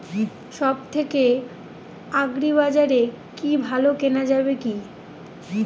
সব থেকে আগ্রিবাজারে কি ভালো কেনা যাবে কি?